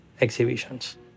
exhibitions